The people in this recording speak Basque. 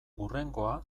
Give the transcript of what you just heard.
hurrengoa